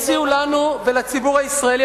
הציעו לנו ולציבור הישראלי,